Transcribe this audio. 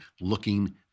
looking